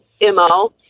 MO